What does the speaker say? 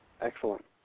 Excellent